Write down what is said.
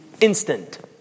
instant